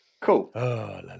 Cool